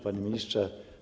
Panie Ministrze!